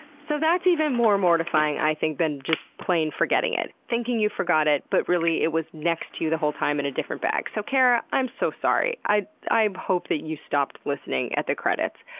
so that's even more mortifying, i think, than just plain forgetting it thinking you forgot it but really it was next to you the whole time in a different bag. so, kara, i am so sorry. i i hope that you stopped listening at the credits.